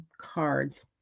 cards